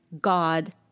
God